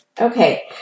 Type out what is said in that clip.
Okay